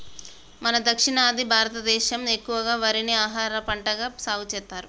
మన దక్షిణాది భారతదేసం ఎక్కువగా వరిని ఆహారపంటగా సాగుసెత్తారు